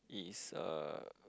is ah